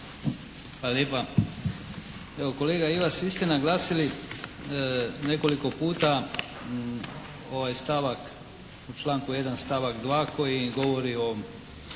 lijepa. Evo kolega Ivas vi ste naglasili nekoliko puta ovaj stavak, u članku 1. stavak 2. koji govori o